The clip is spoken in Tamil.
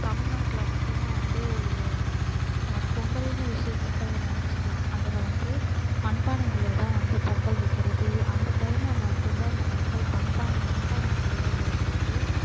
தமிழ்நாட்டில் முக்கியமாக வந்து பொங்கல்ன்னு விசேஷத்தை நினச்சிக்கலாம் அதில் வந்து மண்பானைகள்ல தான் வந்து பொங்கல் வைக்கிறது அந்த டைம்மில் மட்டும்தான் இந்த மக்கள் பண்பான மண்பான செய்யறவங்களுக்கு வந்து